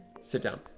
Sit-down